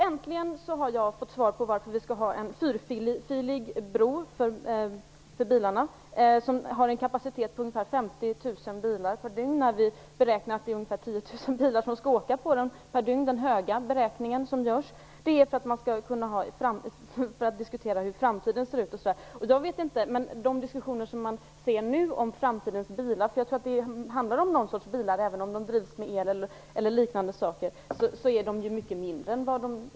Äntligen har jag fått svar på varför vi skall ha en fyrfilig bro med en kapacitet på ungefär 50 000 bilar per dygn, när vi beräknar att det är ungefär 10 000 bilar per dygn som kommer att åka på den - och det är den höga beräkningen. Det har att göra med hur framtiden ser ut. Jag vet inte, men i diskussionerna om framtiden bilar - jag tror att det handlar om någon slags bilar även om de drivs med el eller liknande - är dessa mycket mindre än i dag.